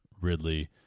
Ridley